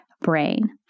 brain